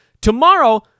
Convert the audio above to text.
Tomorrow